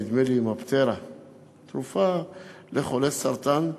מדובר על תרופות מצילות חיים שאינן נמצאות